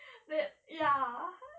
that ya